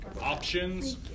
options